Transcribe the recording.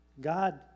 God